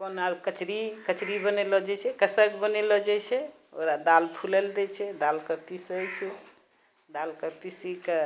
कोना कचरी बनैलऽ जाइ छै कइसेकऽ बनैलऽ जाइ छै ओकरा दाल फूलै लऽ दै छै दाल कऽ पीसै छै दाल कऽ पीसिकऽ